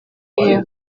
care